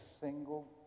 single